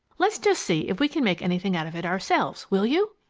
let's just see if we can make anything out of it ourselves, will you?